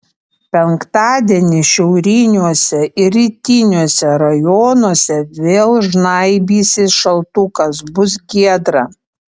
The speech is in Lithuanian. penktadienį šiauriniuose ir rytiniuose rajonuose vėl žnaibysis šaltukas bus giedra